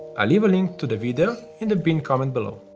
i'll leave a link to the video in the pinned comment below.